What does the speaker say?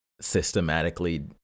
systematically